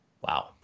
Wow